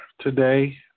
today